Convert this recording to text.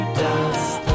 dust